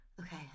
Okay